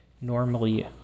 normally